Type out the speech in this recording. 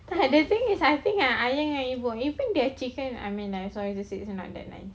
I thing is ah I think ah ayah dan ibu even the chicken I mean ah sorry it's not that nice